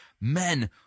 Men